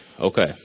Okay